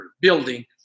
building